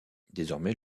désormais